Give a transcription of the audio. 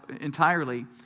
entirely